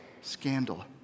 scandal